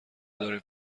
اداره